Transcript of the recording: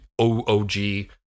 OOG